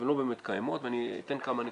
הן לא באמת קיימות ואני אתן כמה נקודות.